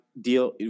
deal